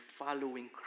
following